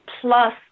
plus